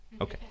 Okay